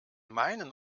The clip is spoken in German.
meinen